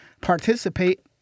participate